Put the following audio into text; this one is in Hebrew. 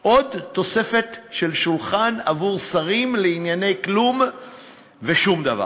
עוד תוספת של שולחן עבור שרים לענייני כלום ושום דבר,